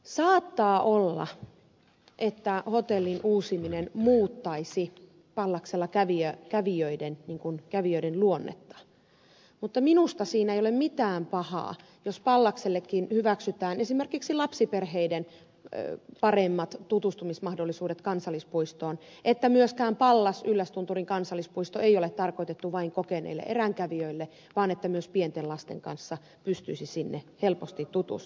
saattaa olla että hotellin uusiminen muuttaisi pallaksella kävijöiden luonnetta mutta minusta siinä ei ole mitään pahaa jos pallaksellekin hyväksytään esimerkiksi lapsiperheiden paremmat tutustumismahdollisuudet kansallispuistoon että myöskään pallas yllästunturin kansallispuisto ei ole tarkoitettu vain kokeneille eränkävijöille vaan että myös pienten lasten kanssa pystyisi siihen helposti tutustumaan